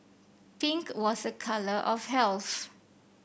pink was a colour of health